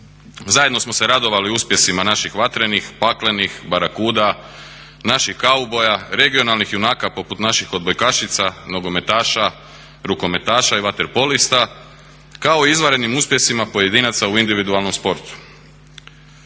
Zajedno smo se radovali uspjesima naših Vatrenih, Paklenih, Barakuda, naših Kauboja, regionalnih junaka poput naših odbojkašica, nogometaša, rukometaša i vaterpolista kao i izvanrednim uspjesima pojedinaca u individualnom sportu.